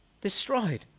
destroyed